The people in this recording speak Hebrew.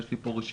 ויש לי פה רשימה